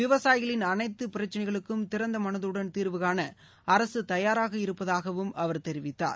விவசாயிகளின் அனைத்து பிரச்சினைகளுக்கும் திறந்த மனதுடன் தீர்வு கான அரசு தயாராக இருப்பதாகவும் அவர் தெரிவித்தார்